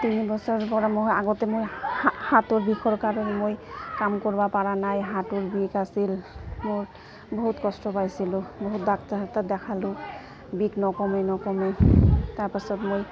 তিনি বছৰৰপৰা মই আগতে মই হাতৰ বিষৰ কাৰণে মই কাম কৰবাপাৰা নাই হাতৰ বিষ আছিল মোৰ বহুত কষ্ট পাইছিলোঁ বহুত ডাক্তৰৰ তাত দেখালোঁ বিষ নকমে নকমে তাৰপাছত মই